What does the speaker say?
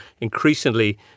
increasingly